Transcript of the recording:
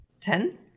Ten